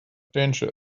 danger